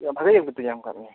ᱮᱭᱟ ᱵᱷᱟᱹᱜᱤ ᱜᱮᱛᱚᱯᱮ ᱧᱟᱢ ᱠᱟᱫᱟ